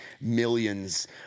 millions